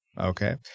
Okay